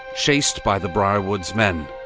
chased by the briarwoods' men.